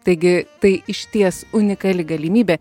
taigi tai išties unikali galimybė